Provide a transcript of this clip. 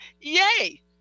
Yay